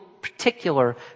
particular